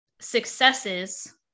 successes